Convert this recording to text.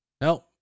No